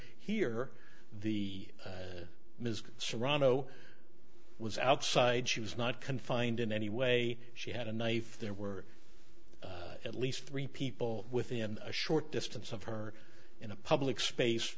here the ms serrano was outside she was not confined in any way she had a knife there were at least three people within a short distance of her in a public space